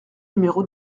numéro